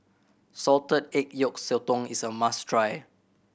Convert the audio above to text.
salted egg yolk sotong is a must try